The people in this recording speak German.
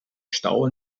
stau